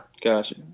Gotcha